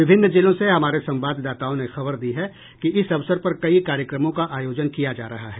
विभिन्न जिलों से हमारे संवाददाताओं ने खबर दी है कि इस अवसर पर कई कार्यक्रमों का आयोजन किया जा रहा है